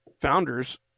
founders